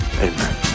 amen